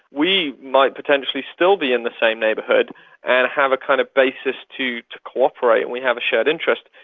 we might potentially still be in the same neighbourhood and have a kind of basis to to cooperate and we have a shared interest.